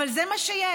אבל זה מה שיש.